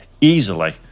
easily